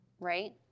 right